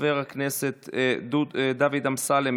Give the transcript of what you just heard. חבר הכנסת דוד אמסלם,